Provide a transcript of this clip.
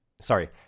Sorry